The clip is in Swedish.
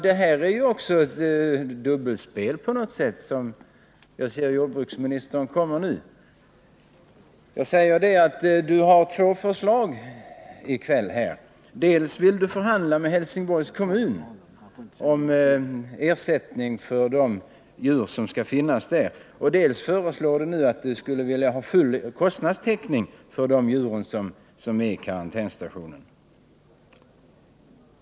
Det är ju ett dubbelspel på något sätt. Jag ser att jordbruksministern kommer nu, och då säger jag: Jordbruksministern har två förslag här i kväll. Dels vill han förhandla med Helsingborgs - 3 3 7 bruksdepartemenkommun om ersättning för de djur som förvaras i karantän; dels vill han att äts werksamhetdet skall tas ut full kostnadstäckning.